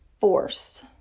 force